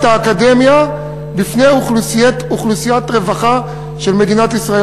האקדמיה בפני אוכלוסיית רווחה של מדינת ישראל.